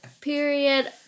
period